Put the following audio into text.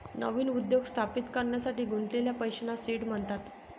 नवीन उद्योग स्थापित करण्यासाठी गुंतवलेल्या पैशांना सीड म्हणतात